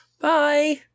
bye